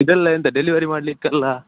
ಇದೆಲ್ಲ ಎಂತ ಡೆಲಿವರಿ ಮಾಡಲಿಕ್ಕಲ್ಲ